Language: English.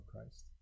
Christ